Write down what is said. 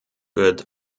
wird